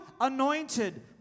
anointed